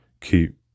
Keep